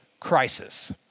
crisis